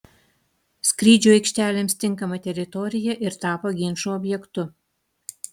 skrydžių aikštelėms tinkama teritorija ir tapo ginčų objektu